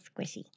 squishy